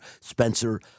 Spencer